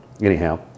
anyhow